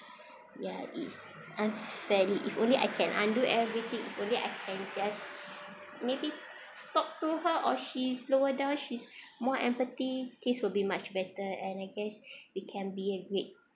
ya it's unfairly if only I can undo everything if only I can just maybe talk to her or she is lower down she's more empathy this will be much better and I guess we can be a great